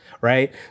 right